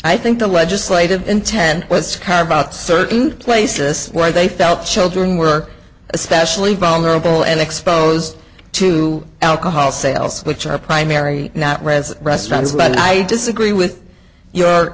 i think the legislative intent was scared about certain places where they felt children work especially vulnerable and exposed to alcohol sales which are primary not resit restaurants but i disagree with your